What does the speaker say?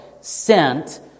sent